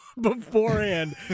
Beforehand